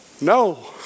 No